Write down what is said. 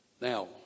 Now